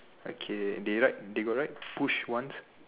okay they write they got write push once